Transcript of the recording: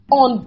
on